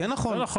כן נכון.